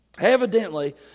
Evidently